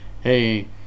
Hey